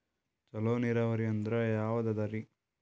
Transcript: ಚಲೋ ನೀರಾವರಿ ಅಂದ್ರ ಯಾವದದರಿ?